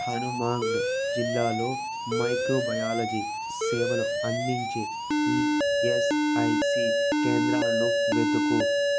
హనుమాండ్ జిల్లాలో microbiology సేవలు అందించే ఈఎస్ఐసి కేంద్రాలను వెతుకు